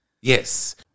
Yes